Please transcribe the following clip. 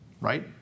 right